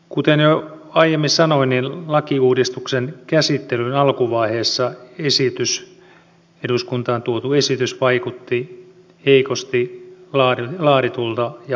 kuten jo aiemmin sanoin lakiuudistuksen käsittelyn alkuvaiheessa eduskuntaan tuotu esitys vaikutti heikosti laaditulta ja valmistellulta